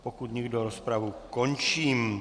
Pokud nikdo, rozpravu končím.